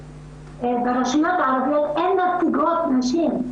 ברשימות הערביות אין נציגות שהן נשים,